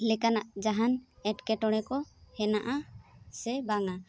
ᱞᱮᱠᱟᱱᱟᱜ ᱡᱟᱦᱟᱱ ᱮᱴᱠᱮᱴᱚᱬᱮ ᱠᱚ ᱦᱮᱱᱟᱜᱼᱟ ᱥᱮ ᱵᱟᱝᱟ